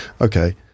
Okay